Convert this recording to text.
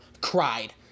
cried